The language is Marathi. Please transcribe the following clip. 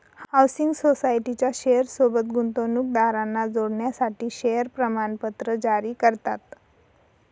हाउसिंग सोसायटीच्या शेयर सोबत गुंतवणूकदारांना जोडण्यासाठी शेअर प्रमाणपत्र जारी करतात